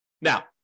Now